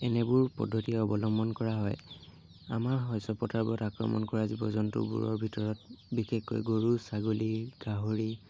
এনেবোৰ পদ্ধতিয়ে অৱলম্বন কৰা হয় আমাৰ শস্য পথাৰবোৰত আক্ৰমণ কৰা জীৱ জন্তুবোৰৰ ভিতৰত বিশেষকৈ গৰু ছাগলী গাহৰি